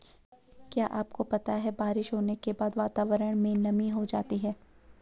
क्या आपको पता है बारिश होने के बाद वातावरण में नमी हो जाती है?